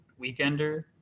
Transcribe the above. Weekender